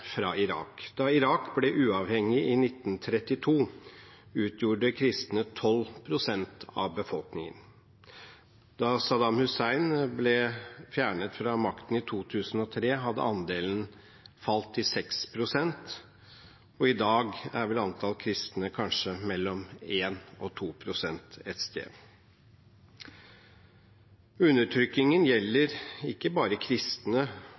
fra Irak: Da Irak ble uavhengig i 1932, utgjorde kristne 12 pst. av befolkningen. Da Saddam Hussein ble fjernet fra makten i 2003, hadde andelen falt til 6 pst. I dag er vel antall kristne kanskje et sted mellom 1 og 2 pst. Undertrykkingen gjelder ikke bare kristne,